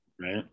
Right